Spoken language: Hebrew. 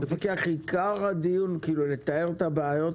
עיקר הדיון הוא לתאר את הבעיות,